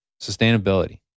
sustainability